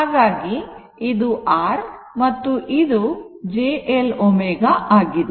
ಹಾಗಾಗಿ ಇದು R ಮತ್ತು ಇದು j L ω ಆಗಿದೆ